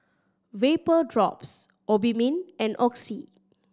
Vapodrops Obimin and Oxy